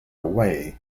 away